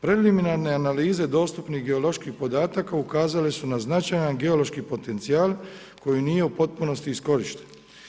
Preliminarne analize dostupnih geoloških podataka ukazale su na značajan geološki potencijal koji nije u potpunosti iskorišten.